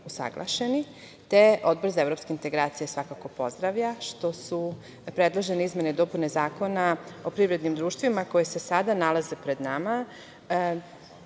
te Odbor za evropske integracije svakako pozdravlja što su predložene izmene i dopune Zakona o privrednim društvima koje se sada nalaze pred nama,